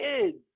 kids